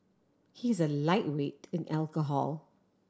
he is a lightweight in alcohol